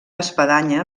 espadanya